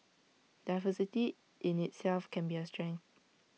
diversity in itself can be A strength